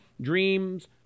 Dreams